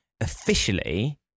officially